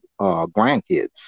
grandkids